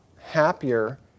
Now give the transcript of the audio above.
happier